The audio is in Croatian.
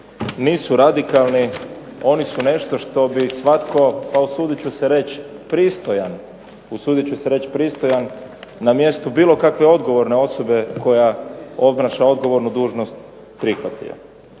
nisu radikalni oni su nešto što bi svatko pa usudit ću se reći pristojan na mjestu bilo kakve odgovorne osobe koja obnaša odgovornu dužnost prihvatio.